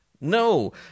No